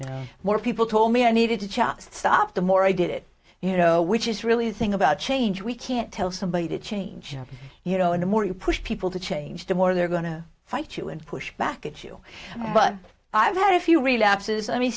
know more people told me i needed to chop stop the more i did it you know which is really the thing about change we can't tell somebody to change you know in the more you push people to change the more they're going to fight you and push back at you but i've had a few relapses